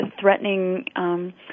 threatening